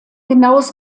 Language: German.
genaues